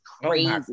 crazy